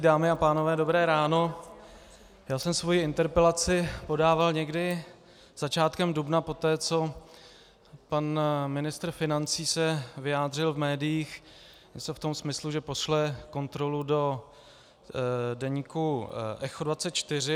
Dámy a pánové, dobré ráno, Já jsem svoji interpelaci podával někdy začátkem dubna poté, co se pan ministr financí vyjádřil v médiích něco v tom smyslu, že pošle kontrolu do deníku Echo 24.